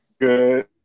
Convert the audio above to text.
good